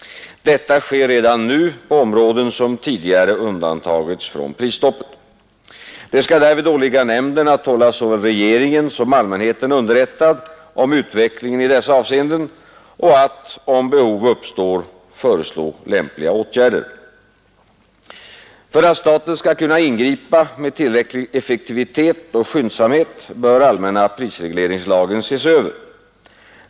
Detta sker redan nu på områden som tidigare undantagits från prisstoppet. Det skall därvid åligga nämnden att hålla såväl regeringen som allmänheten underrättad om utvecklingen i dessa avseenden och att, om behov uppstår, föreslå lämpliga åtgärder. För att staten skall kunna ingripa med tillräcklig effektivitet och skyndsamhet bör allmänna prisregleringslagen ses över.